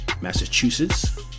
Massachusetts